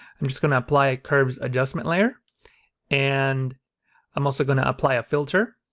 i'm just going to apply a curves adjustment layer and i'm also going to apply a filter,